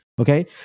Okay